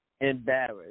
embarrassed